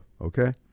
Okay